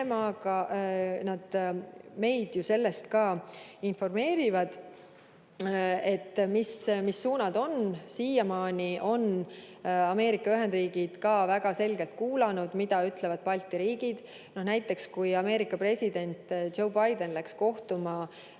nad meid ju ka informeerivad, et mis suunad on. Siiamaani on Ameerika Ühendriigid ka väga selgelt kuulanud, mida ütlevad Balti riigid. Näiteks kui Ameerika president Joe Biden läks kohtuma